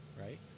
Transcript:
right